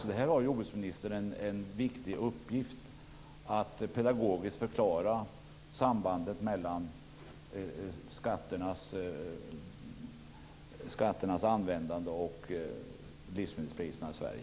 Här har alltså jordbruksministern en viktig uppgift - att pedagogiskt förklara sambandet mellan skatternas användande och livsmedelspriserna i Sverige.